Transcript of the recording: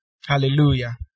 Hallelujah